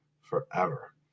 forever